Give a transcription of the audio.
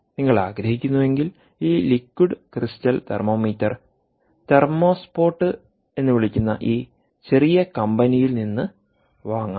നിങ്ങൾ ആഗ്രഹിക്കുന്നുവെങ്കിൽ ഈ liquid crystal thermometer thermo spot എന്ന് വിളിക്കുന്ന ഈ ചെറിയ കമ്പനിയിൽ നിന്ന് വാങ്ങാം